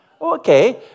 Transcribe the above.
Okay